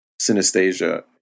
synesthesia